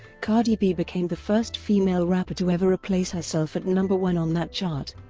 cardi b became the first female rapper to ever replace herself at number one on that chart.